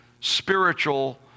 spiritual